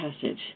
passage